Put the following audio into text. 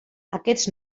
aquests